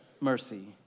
mercy